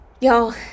y'all